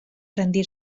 rendir